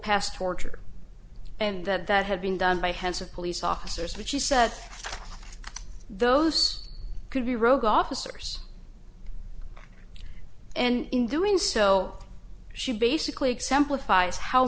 past torture and that that had been done by hands of police officers which he said those could be rogue officers and in doing so she basically exemplifies how